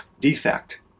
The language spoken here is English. defect